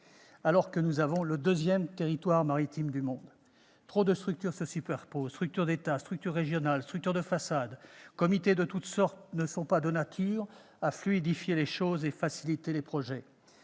alors que nous avons le deuxième territoire maritime du monde. Trop de structures se superposent- structures d'État, structures régionales, structures de façade, comités de toutes sortes -, ce qui n'est pas de nature à fluidifier les choses ni à faciliter les projets.